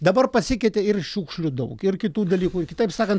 dabar pasikeitė ir šiukšlių daug ir kitų dalykų ir kitaip sakant